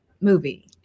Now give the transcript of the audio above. Movie